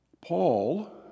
Paul